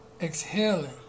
Exhaling